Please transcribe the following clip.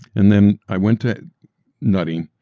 and then i went to nutting,